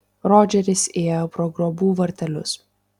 rodžeris įėjo pro guobų vartelius